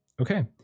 Okay